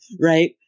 Right